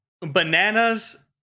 Bananas